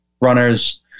runners